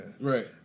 Right